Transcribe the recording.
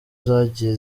zagiye